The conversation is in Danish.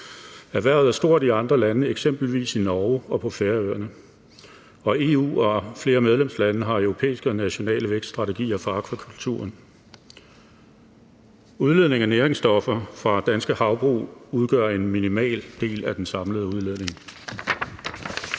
Erhvervet er stort i andre lande, eksempelvis i Norge og på Færøerne. EU og flere medlemslande har europæiske og nationale vækststrategier for akvakulturen. Udledningen af næringsstoffer fra danske havbrug udgør en minimal del af den samlede udledning.